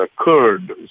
occurred